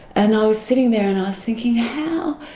and i was sitting there and i was thinking how,